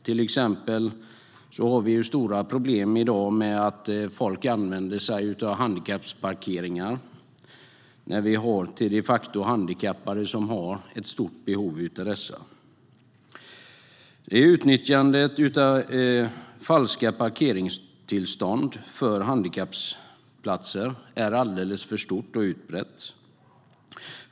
Till exempel har vi stora problem i dag med att folk använder sig av handikapparkeringar när vi de facto har handikappade som har ett stort behov av dessa. Utnyttjandet av falska parkeringstillstånd för handikapplatser är alldeles för stort och utbrett.